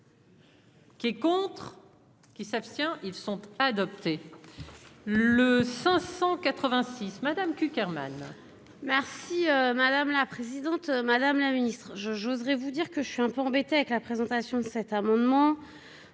Qui est contre. Qui s'abstient ils sont adoptés le 586 Madame Cuq Hermann. Merci madame la présidente, Madame la Ministre je j'oserai vous dire que je suis un peu embêtée avec la présentation de cet amendement.